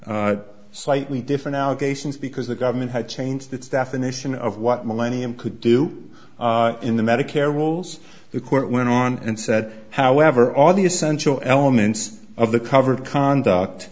included slightly different allegations because the government had changed its definition of what millennium could do in the medicare will say the court went on and said however all the essential elements of the covered conduct